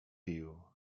pił